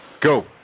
Go